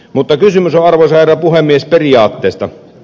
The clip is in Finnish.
mutta kysymys on arvoisa herra puhemies periaatteesta